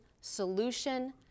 solution